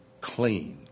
clean